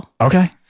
okay